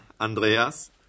Andreas